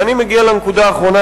ואני מגיע לנקודה האחרונה,